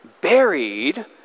Buried